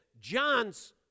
John's